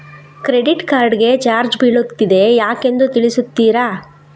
Credit card ಗೆ charge ಬೀಳ್ತಿದೆ ಯಾಕೆಂದು ತಿಳಿಸುತ್ತೀರಾ?